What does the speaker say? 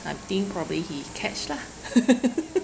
I think probably he catch lah